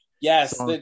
Yes